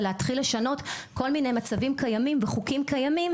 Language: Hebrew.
ולהתחיל לשנות כל מיני מצבים קיימים וחוקים קיימים,